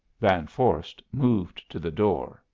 van vorst moved to the door.